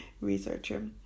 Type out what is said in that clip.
researcher